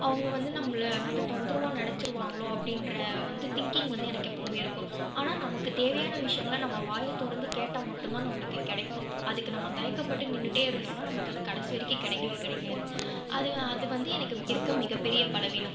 அவங்க வந்து நம்மளை வந்து தொந்தரவா நினச்சிடுவாங்களோ அப்படின்ற வந்து திங்க்கிங் வந்து எனக்கு எப்பவுமே இருக்கும் ஆனால் நமக்கு தேவையான விஷயங்கள நம்ம வாயை திறந்து கேட்டால் மட்டும் தான் நம்மளுக்கு கிடைக்கும் அதுக்கு நம்ம தயக்கப்பட்டு நின்னுகிட்டே இருந்தோனால் நம்மளுக்கு அது கடைசி வரைக்கும் கிடைக்கவே கிடைக்காது அது அது வந்து எனக்கு இருக்க மிகப்பெரிய பலவீனம்